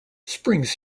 springs